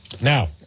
Now